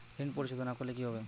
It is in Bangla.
ঋণ পরিশোধ না করলে কি হবে?